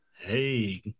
Hey